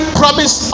promise